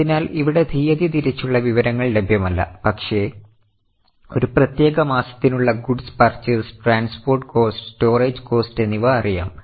അതിനാൽ ഇവിടെ തീയതി തിരിച്ചുള്ള വിവരങ്ങൾ ലഭ്യമല്ല പക്ഷേ ഒരു പ്രത്യേക മാസത്തിലുള്ള ഗുഡ്സ് പർച്ചേസ്ഡ്ട്രാൻസ്പോർട്ട് കോസ്റ്റ്സ്റ്റോറേജ് കോസ്റ്റ് എന്നിവ അറിയാം